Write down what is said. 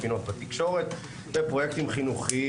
פינות בתקשורת ופרוייקטים חינוכיים